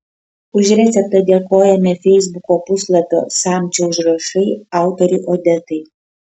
už receptą dėkojame feisbuko puslapio samčio užrašai autorei odetai